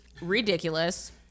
ridiculous